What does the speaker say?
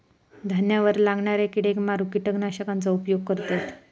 धान्यावर लागणाऱ्या किडेक मारूक किटकनाशकांचा उपयोग करतत